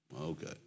Okay